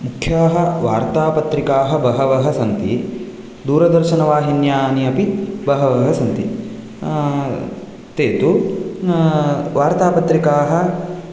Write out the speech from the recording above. मुख्याः वार्तापत्रिकाः बहवः सन्ति दूरदर्शनवाहिन्यानि अपि बहवः सन्ति ते तु वार्तापत्रिकाः